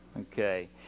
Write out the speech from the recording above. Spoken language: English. Okay